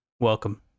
Welcome